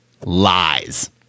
lies